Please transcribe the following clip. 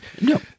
No